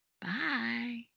Bye